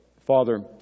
Father